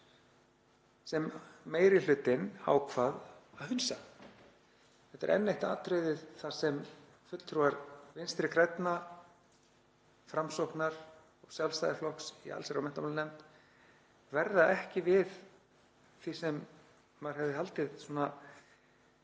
sem meiri hlutinn ákvað að hunsa. Þetta er enn eitt atriðið þar sem fulltrúar Vinstri grænna, Framsóknar og Sjálfstæðisflokks í allsherjar- og menntamálanefnd verða ekki við því sem maður hefði haldið